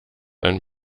ein